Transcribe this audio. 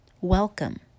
welcome